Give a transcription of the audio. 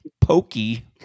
Pokey